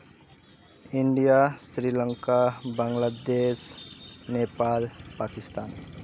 India Sri Lanka Bangladesh Nepal Pakistan